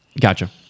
Gotcha